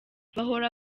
bahora